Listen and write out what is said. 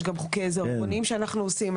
יש גם חוקי עזר עירוניים שאנחנו עושים.